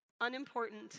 unimportant